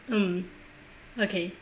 mm okay